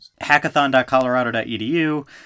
hackathon.colorado.edu